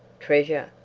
treasure.